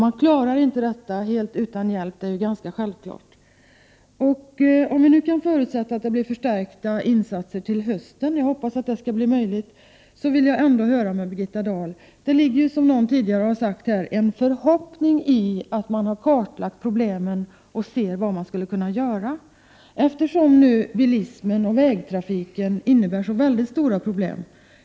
Man klarar inte detta helt utan hjälp. Det är ganska självklart. Om vi nu kan förutsätta att det blir förstärkta insatser till hösten — jag hoppas det skall bli möjligt — vill jag ändå höra med Birgitta Dahl. Det ligger ju, som någon tidigare har sagt här, en förhoppning i att man har kartlagt problemen och ser vad man skulle kunna göra, eftersom nu bilismen och vägtrafiken innebär så stora problem.